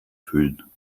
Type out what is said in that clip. fühlen